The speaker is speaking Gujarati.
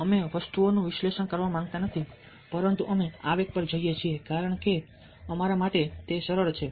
અમે વસ્તુઓનું વિશ્લેષણ કરવા માંગતા નથી પરંતુ અમે આવેગ પર જઈએ છીએ કારણ કે તે અમારા માટે સરળ છે